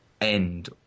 end